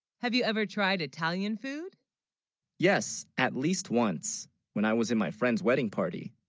have, you, ever tried italian food yes at least once when i was in my friend's wedding party